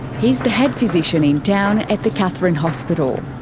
he's the head physician in town at the katherine hospital.